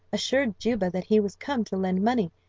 assured juba that he was come to lend money,